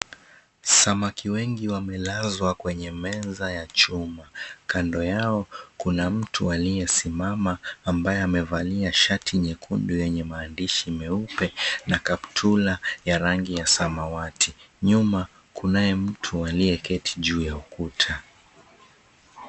Samaki wengi wamelazwa kwenye meza ya chuma. Kando yao kuna mtu aliyesimama ambaye amevalia shati nyekundu yenye maandishi meupe na kaptula ya rangi ya samawati. Nyuma kunaye mtu aliyeketi juu ya ukuta.